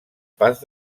pas